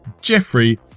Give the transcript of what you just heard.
Jeffrey